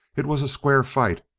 it was a square fight.